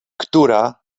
która